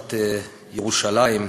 שנת ירושלים,